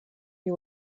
you